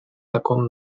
таком